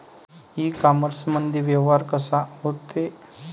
इ कामर्समंदी व्यवहार कसा होते?